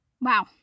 Wow